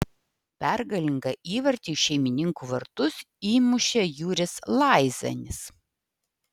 pergalingą įvartį į šeimininkų vartus įmušė juris laizanis